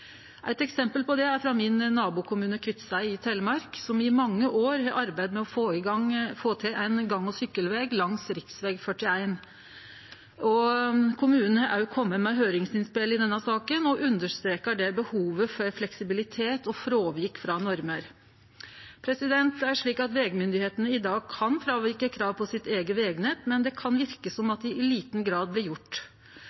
Eit eksempel på det er frå min nabokommune Kviteseid i Telemark, som i mange år har arbeidd med å få til ein gang- og sykkelveg langs rv. 41. Kommunen har òg kome med høyringsinnspel i denne saka og understrekar behovet for fleksibilitet og fråvik frå normer. Det er slik at vegmyndigheitene i dag kan fråvike krav på sitt eige vegnett, men det kan verke som